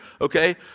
okay